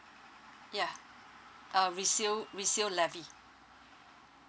yeah uh resale resale levy